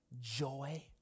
joy